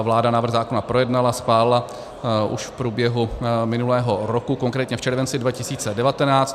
Vláda návrh zákona projednala, schválila už v průběhu minulého roku, konkrétně v červenci 2019.